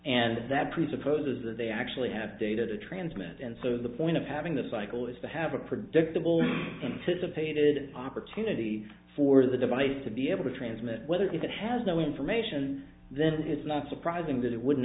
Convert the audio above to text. and that presupposes that they actually have data to transmit and so the point of having the cycle is to have a predictable anticipated opportunity for the device to be able to transmit whether it has no information then it's not surprising that it wouldn't